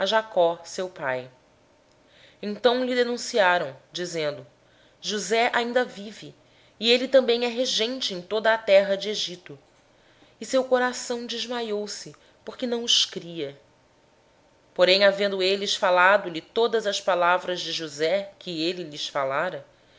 jacó seu pai e lhe anunciaram dizendo josé ainda vive e é governador de toda a terra do egito e o seu coração desmaiou porque não os acreditava quando porém eles lhe contaram todas as palavras que josé lhes falara